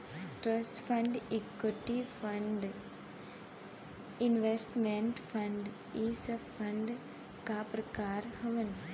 trust fund equity fund investment fund इ सब fund क प्रकार हउवन